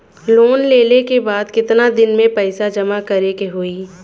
Loan लेले के बाद कितना दिन में पैसा जमा करे के होई?